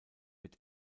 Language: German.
wird